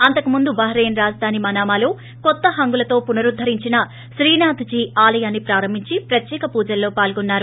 అంతకు ముందు బహ్రాయిన్ రాజధాని మనామాలో కొత్త హంగులతో పునరుద్దరించిన శ్రీనాథ్జీ ఆలయాన్ని ప్రారంభించి ప్రత్యేక పూజల్లో పాల్గొన్సారు